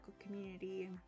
community